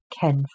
Ken